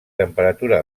temperatura